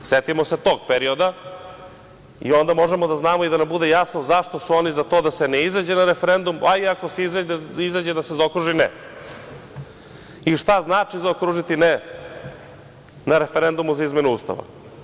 Setimo se tog perioda i onda možemo da znamo i da nam bude jasno zašto su oni za to da ne izađe na referendum, a i ako se izađe, da se zaokruži – ne i šta znači zaokružiti – ne na referendumu za izmenu Ustava?